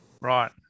Right